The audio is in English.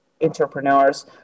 entrepreneurs